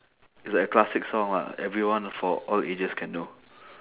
it's like a classic song lah everyone for all ages can know